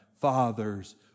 Father's